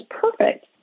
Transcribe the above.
perfect